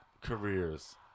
careers